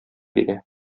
бирә